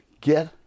get